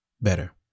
better